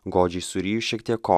godžiai suriju šiek tiek ko